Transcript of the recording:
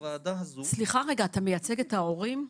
סליחה רגע, אתה מייצג את ההורים?